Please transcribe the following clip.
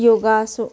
ꯌꯣꯒꯥꯁꯨ